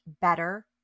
better